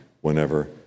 whenever